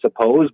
suppose